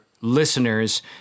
listeners